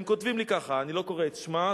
הם כותבים לי ככה אני לא קורא את שמה,